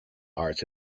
arts